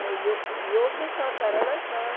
ऐं योग योग सां करण सां